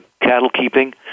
cattle-keeping